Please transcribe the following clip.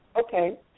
Okay